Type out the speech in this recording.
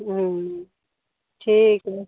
ठीक है